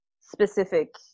specific